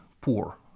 poor